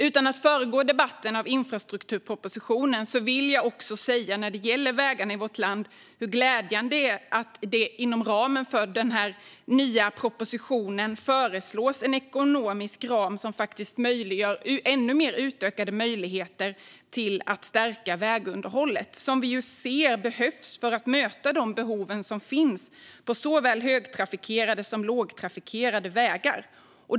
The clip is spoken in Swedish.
Utan att föregå debatten om infrastrukturpropositionen vill jag också säga hur glädjande det är att det inom ramen för den nya propositionen föreslås en ekonomisk ram som innebär utökade möjligheter att stärka vägunderhållet, vilket behövs för att möta de behov som finns på såväl högtrafikerade som lågtrafikerade vägar.